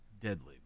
deadly